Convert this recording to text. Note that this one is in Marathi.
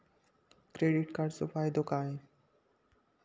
क्रेडिट कार्डाचो फायदो काय?